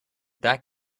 that